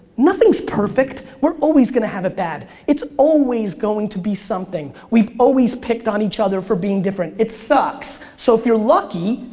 nothing's perfect. we're always gonna have it bad. it's always going to be something. we've always picked on each other for being different. it sucks. so if you're lucky,